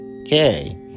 Okay